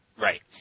Right